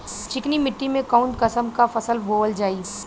चिकनी मिट्टी में कऊन कसमक फसल बोवल जाई?